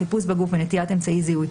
חיפוש בגוף ונטילת אמצעי זיהוי),